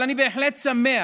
אבל אני בהחלט שמח